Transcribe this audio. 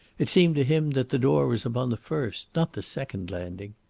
it seemed to him that the door was upon the first, not the second landing.